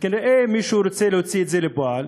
וכנראה מישהו רוצה להוציא את זה לפועל